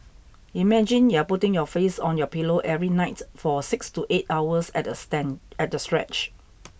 imagine you're putting your face on your pillow every night for six to eight hours at a at a stretch